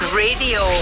radio